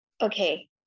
okay